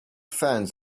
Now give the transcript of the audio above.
fans